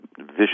vicious